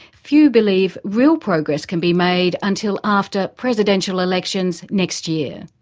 few believe real progress can be made until after presidential elections next year.